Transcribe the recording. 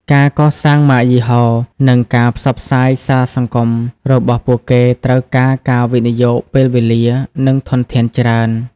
ការកសាងម៉ាកយីហោ និងការផ្សព្វផ្សាយសារសង្គម របស់ពួកគេ ត្រូវការការវិនិយោគពេលវេលា និងធនធានច្រើន ។